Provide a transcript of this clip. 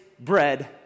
bread